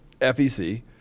FEC